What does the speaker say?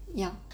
ya